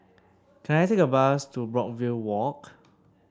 can I take a bus to Brookvale Walk